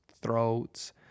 throats